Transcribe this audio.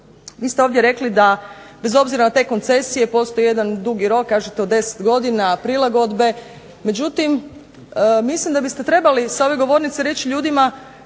Vi ste ovdje rekli da bez obzira na te koncesije postoji jedan dugi rok, kažete od 10 godina prilagodbe, međutim mislim da biste trebali sa ove govornice reći ljudima